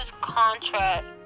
contract